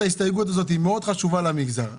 ההסתייגות הזאת שהיא מאוד חשובה למגזר הדרוזי.